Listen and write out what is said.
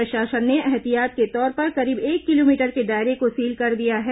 प्रशासन ने एहतियात के तौर पर करीब एक किलोमीटर के दायरे को सील कर दिया है